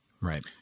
Right